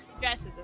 dresses